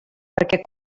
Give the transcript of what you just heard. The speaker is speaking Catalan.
perquè